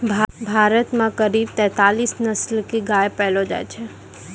भारत मॅ करीब तेतालीस नस्ल के गाय पैलो जाय छै